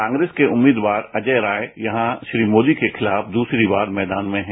Congress के उम्मीदवार अजय राय यहां श्री मोदी के खिलाफ दूसरी बार मैदान में हैं